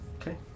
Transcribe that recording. Okay